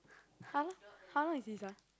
how long how long is this ah